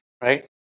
right